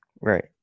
Right